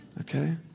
Okay